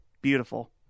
beautiful